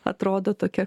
atrodo tokia